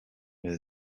near